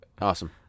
awesome